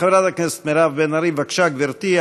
חברת הכנסת מירב בן ארי, בבקשה, גברתי.